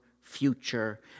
future